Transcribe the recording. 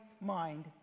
mind